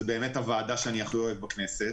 זו הוועדה שאני הכי אוהב בכנסת.